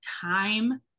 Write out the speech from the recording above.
time